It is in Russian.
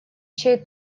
чей